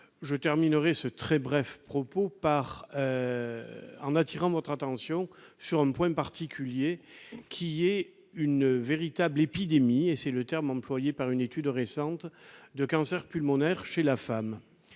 Je terminerai ce très bref propos en attirant votre attention sur un point particulier : on constate une véritable épidémie, selon le terme employé par une étude récente, de cancers pulmonaires chez la femme.